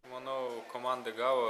manau komanda gavo